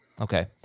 Okay